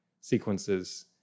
sequences